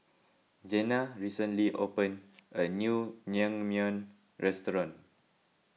Jenna recently opened a new Naengmyeon restaurant